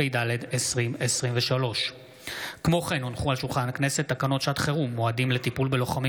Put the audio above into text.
התשפ"ד 2023. תקנות שעת חירום (מועדים לטיפול בלוחמים